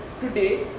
today